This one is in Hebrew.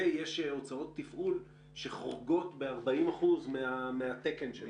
ויש הוצאות תפעול שחורגות ב-40% מהתקן.